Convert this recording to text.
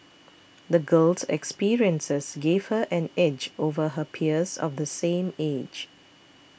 the girl's experiences gave her an edge over her peers of the same age